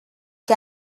que